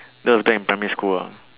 that was back in primary school ah